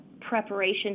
preparation